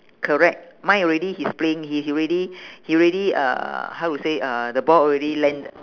correct mine already he's playing he already he already uh how to say uh the ball already landed